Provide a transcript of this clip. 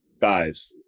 guys